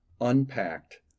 unpacked